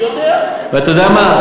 ואתה יודע מה?